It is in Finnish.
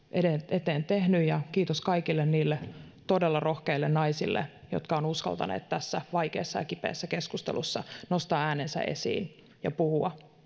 eteen tehnyt ja kiitos kaikille niille todella rohkeille naisille jotka ovat uskaltaneet tässä vaikeassa ja kipeässä keskustelussa nostaa äänensä esiin ja puhua